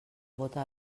bóta